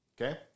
Okay